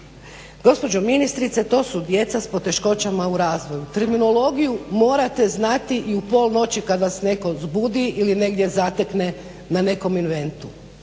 Gospođo ministrice to su djeca s poteškoćama u razvoju. Terminologiju morate znati i u pol noći kada vas netko zbudi ili negdje zatekne na nekom inventu.